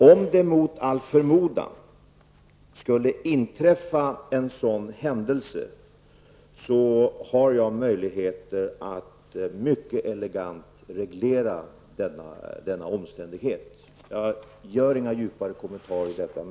Om det, mot all förmodan, skulle inträffa en sådan händelse har jag möjligheter att mycket elegant reglera denna omständighet. Jag gör ingen djupare kommentar i detta.